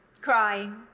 crying